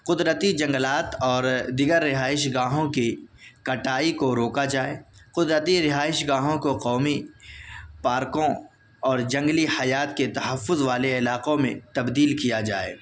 قدرتی جنگلات اور دیگر رہائش گاہوں کی کٹائی کو روکا جائے قدرتی رہائش گاہوں کو قومی پارکوں اور جنگلی حیات کے تحفظ والے علاقوں میں تبدیل کیا جائے